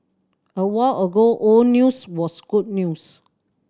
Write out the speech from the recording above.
a while ago all news was good news